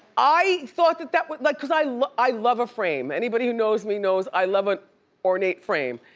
i thought that that like was. i like i love a frame. anybody who knows me knows i love an ornate frame.